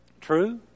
True